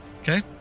Okay